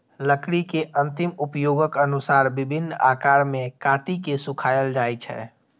लकड़ी के अंतिम उपयोगक अनुसार विभिन्न आकार मे काटि के सुखाएल जाइ छै